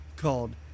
Called